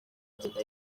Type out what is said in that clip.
kugenda